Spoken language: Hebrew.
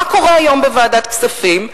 מה קורה היום בוועדת הכספים?